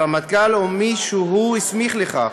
הרמטכ"ל או מי שהוא הסמיך לכך